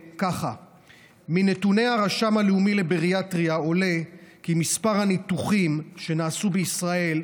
מנתוני הרשם הלאומי לבריאטריה עולה כי מספר הניתוחים שנעשו בישראל,